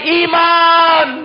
iman